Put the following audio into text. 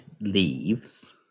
leaves